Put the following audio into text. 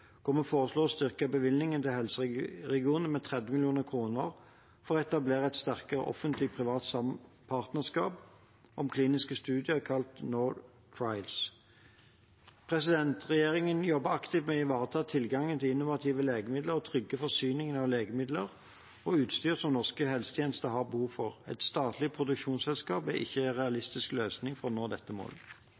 å styrke bevilgningen til helseregionene med 30 mill. kr for å etablere et sterkere offentlig-privat partnerskap om kliniske studier, kalt NorTrials. Regjeringen jobber aktivt med å ivareta tilgangen til innovative legemidler og trygge forsyningen av legemidler og utstyr som norsk helsetjeneste har behov for. Et statlig produksjonsselskap er ikke en realistisk løsning for å nå dette målet.